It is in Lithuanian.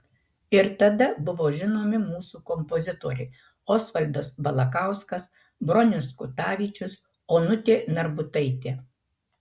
ir tada buvo žinomi mūsų kompozitoriai osvaldas balakauskas bronius kutavičius onutė narbutaitė